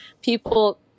people